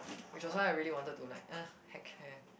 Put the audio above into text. which was why I really wanted to like !ugh! heck care